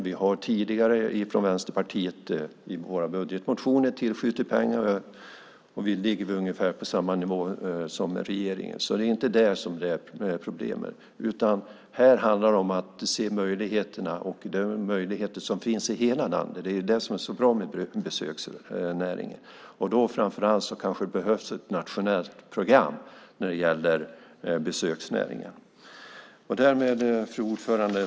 Vi har tidigare från Vänsterpartiet i våra budgetmotioner tillskjutit pengar, och vi ligger väl på ungefär samma nivå som regeringen, så det är inte det som är problemet. Här handlar det om att se möjligheterna - de möjligheter som finns i hela landet. Det är det som är så bra med besöksnäringen. Det kanske behövs ett nationellt program när det gäller besöksnäringen. Fru talman!